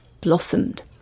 blossomed